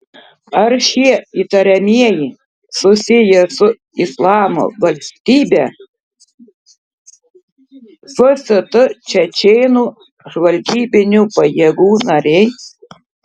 ar šie įtariamieji susiję su islamo valstybe fst čečėnų žvalgybinių pajėgų nariai